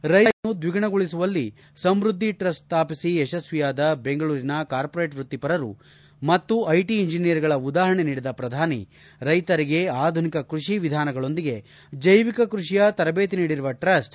ರೈತರ ಆದಾಯವನ್ನು ದ್ವಿಗುಣಗೊಳ್ಳಿಸುವಲ್ಲಿ ಸಮೃದ್ಧಿ ಟ್ರಸ್ಟ್ ಸ್ಥಾಪಿಸಿ ಯಶಸ್ವಿಯಾದ ಬೆಂಗಳೂರಿನ ಕಾರ್ಮೊರೇಟ್ ವೃತ್ತಿಪರರು ಮತ್ತು ಐಟಿ ಇಂಜೆನಿಯರ್ಗಳ ಉದಾಹರಣೆ ನೀಡಿದ ಪ್ರಧಾನಿ ರೈತರಿಗೆ ಆಧುನಿಕ ಕೃಷಿ ವಿಧಾನಗಳೊಂದಿಗೆ ಜೈವಿಕ ಕೃಷಿಯ ತರಬೇತಿ ನೀಡಿರುವ ಟ್ರಸ್ಟ್